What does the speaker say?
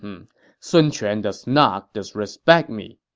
sun quan does not disrespect me.